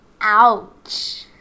Ouch